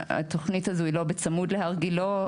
התוכנית הזו היא לא בצמוד להר גילה,